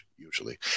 usually